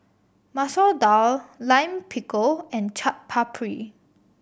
Masoor Dal Lime Pickle and Chaat Papri